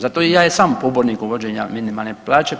Zato i ja jesam pobornik uvođenja minimalne plaće.